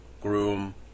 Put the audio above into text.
groom